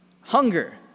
hunger